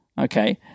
okay